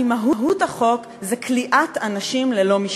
כי מהות החוק היא כליאת אנשים ללא משפט.